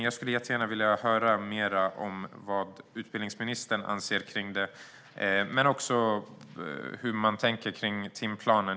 Jag skulle vilja höra mer om vad utbildningsministern anser om legitimationskravet och timplanen.